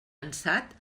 ansat